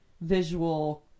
visual